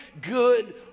good